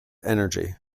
energy